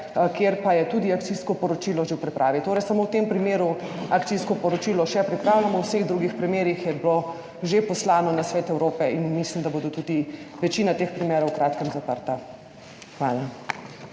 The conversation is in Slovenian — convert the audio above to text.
kjer pa je tudi akcijsko poročilo že v pripravi. Torej, samo v tem primeru akcijsko poročilo še pripravljamo, v vseh drugih primerih je bilo že poslano na Svet Evrope in mislim, da bo tudi večina teh primerov v kratkem zaprta. Hvala.